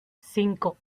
cinco